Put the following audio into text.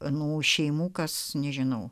anų šeimų kas nežinau